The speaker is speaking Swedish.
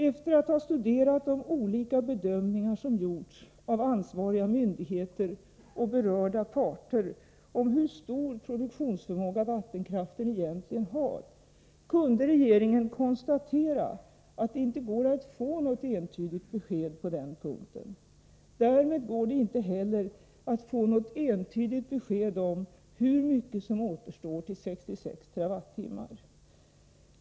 Efter att ha studerat de olika bedömningar som gjorts av ansvariga myndigheter och berörda parter om hur stor produktionsförmåga vattenkraften egentligen har, kunde regeringen konstatera att det inte går att få något entydigt besked på den punkten. Därmed går det inte heller att få något entydigt besked om hur mycket som återstår till 66 TWh.